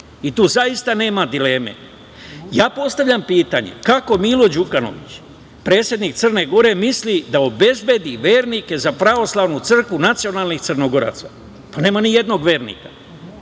I tu zaista nema dileme. Postavljam pitanje – kako Milo Đukanović, predsednik Crne Gore, misli da obezbedi vernike za pravoslavnu crkvu nacionalnih Crnogoraca? Tu nema nijednog vernika.